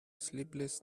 sleepless